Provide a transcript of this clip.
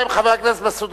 חבר הכנסת מסעוד